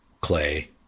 Clay